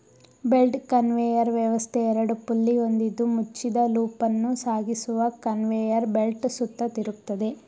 belt conveyor ವ್ಯವಸ್ಥೆ ಎರಡು pulley ಹೊಂದಿದ್ದು ಮುಚ್ಚಿದ ಲೂಪನ್ನು ಸಾಗಿಸುವ ಕನ್ವೇಯರ್ ಬೆಲ್ಟ್ ಸುತ್ತ ತಿರುಗ್ತದೆ